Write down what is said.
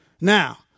Now